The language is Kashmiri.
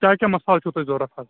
کیٛاہ کیٛاہ مصالہٕ چھُ تۅہہِ ضروٗرت حظ